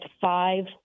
five